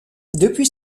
depuis